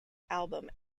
album